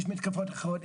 יש מתקפות אחרות,